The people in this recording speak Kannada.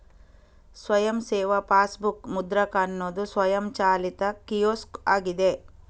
ಸ್ವಯಂ ಸೇವಾ ಪಾಸ್ಬುಕ್ ಮುದ್ರಕ ಅನ್ನುದು ಸ್ವಯಂಚಾಲಿತ ಕಿಯೋಸ್ಕ್ ಆಗಿದೆ